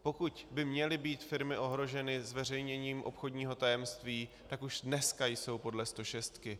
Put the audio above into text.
Pokud by měly být firmy ohroženy zveřejněním obchodního tajemství, tak už dneska jsou podle stošestky.